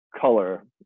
color